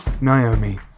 naomi